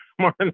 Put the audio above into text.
more